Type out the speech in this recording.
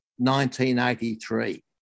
1983